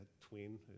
twin